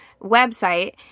website